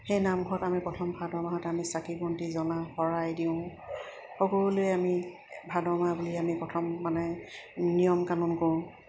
সেই নামঘৰত আমি প্ৰথম ভাদ মাহত আমি চাকি বন্তি জ্বলাও শৰাই দিওঁ সকলোৱে আমি ভাদ মাহ বুলি আমি প্ৰথম মানে নিয়ম কানুন কৰোঁ